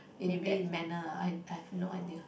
in that manner I I have no idea